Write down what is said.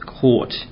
court